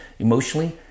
Emotionally